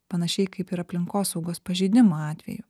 panašiai kaip ir aplinkosaugos pažeidimų atveju